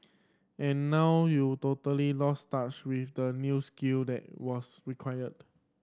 and now you've totally lost touch with the new skill that was required